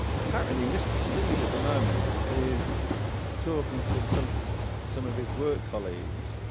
apparently mr. steve at the moment is talking to some some of his work colleagues